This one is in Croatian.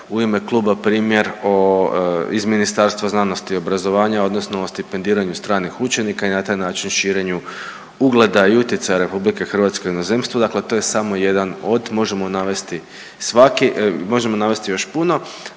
u ime Kluba primjer o iz Ministarstva znanosti i obrazovanja odnosno o stipendiranju stranih učenika i na taj način širenju ugleda i utjecaja Republike Hrvatske u inozemstvu. Dakle, to je samo jedan od možemo navesti svaki, možemo navesti još puno,